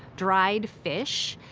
dried fish,